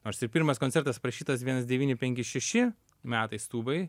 nors ir pirmas koncertas parašytas vienas devyni penki šeši metais tūbai